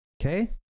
Okay